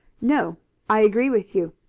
no i agree with you.